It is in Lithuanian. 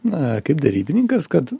na kaip derybininkas kad